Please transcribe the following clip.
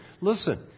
Listen